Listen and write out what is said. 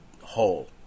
whole